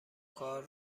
کار